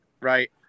Right